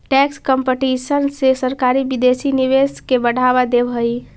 tax competition से सरकारी विदेशी निवेश के बढ़ावा देवऽ हई